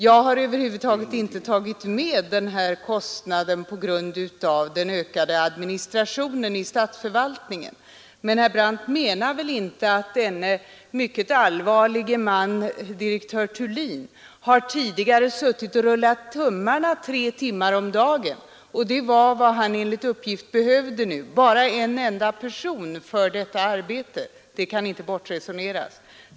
Jag har över huvud taget inte tagit med kostnaden på grund av den ökade administrationen i statsförvaltningen, men herr Brandt menar väl 182 inte att denna mycket allvarlige man, direktör Thulin, tidigare har suttit och rullat tummarna tre timmar om dagen. Vad han behövde nu var bara en enda person för detta arbete. Det kan inte bortresoneras.